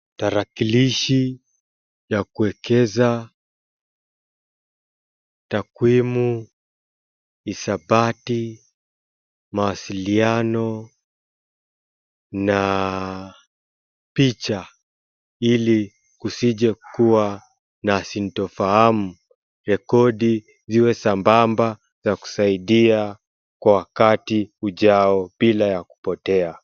Tarakilishi ya kuwekeza takwimu, hisabati, mawasiliano na picha ili kusije kuwa na sintofahamu. Rekodi ziwe sambamba za kusaidia kwa wakati ujao bila ya kupotea.